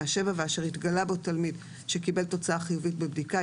7 ואשר התגלה בו תלמיד שקיבל תוצאה חיובית בבדיקה,